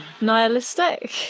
Nihilistic